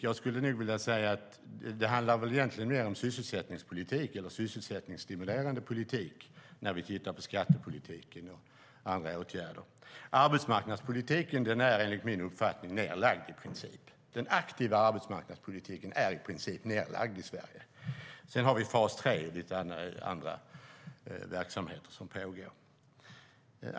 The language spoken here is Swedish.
Jag skulle nog vilja säga att det egentligen handlar mer om sysselsättningspolitik eller sysselsättningsstimulerande politik när vi tittar på skattepolitiken och andra åtgärder. Arbetsmarknadspolitiken är enligt min uppfattning nedlagd. Den aktiva arbetsmarknadspolitiken är i princip nedlagd i Sverige. Däremot har vi fas 3 och lite andra verksamheter som pågår.